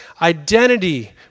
Identity